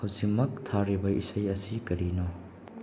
ꯍꯧꯖꯤꯛꯃꯛ ꯊꯥꯔꯤꯕ ꯏꯁꯩ ꯑꯁꯤ ꯀꯔꯤꯅꯣ